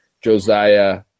Josiah